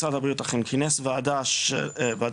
משרד הבריאות, אכן כינס וועדה משרדית,